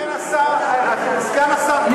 ולכן סגן השר הציע את הפשרה, וקיבלנו אותה.